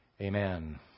Amen